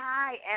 Hi